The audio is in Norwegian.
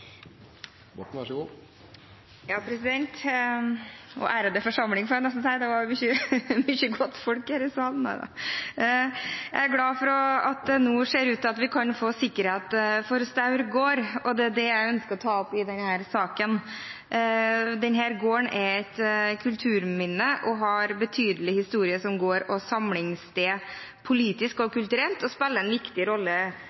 glad for at det nå ser ut til at vi kan få sikkerhet for Staur gård, og det er det jeg ønsker å ta opp i denne saken. Denne gården er et kulturminne, den har en betydelig historie som gård og samlingssted politisk og kulturelt, og spiller en viktig rolle